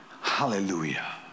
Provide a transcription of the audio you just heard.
Hallelujah